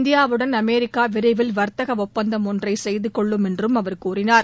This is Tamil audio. இந்தியாவுடன் அமெரிக்கா விரைவில் வாத்தகம் ஒப்பந்தம் ஒன்றை செய்துகொள்ளும் என்று அவா் கூறினார்